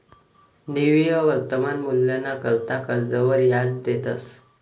निव्वय वर्तमान मूल्यना करता कर्जवर याज देतंस